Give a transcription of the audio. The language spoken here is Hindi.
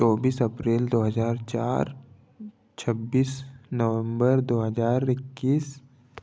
चौबीस अप्रिल दो हजार चार छब्बीस नवम्बर दो हजार इक्कीस